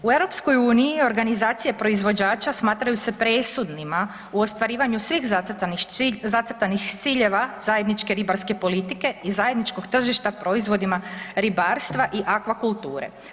U EU organizacije proizvođača smatraju se presudnima u ostvarivanju svih zacrtanih ciljeva zajedničke ribarske politike i zajedničkog tržišta proizvodima ribarstva i akvakulture.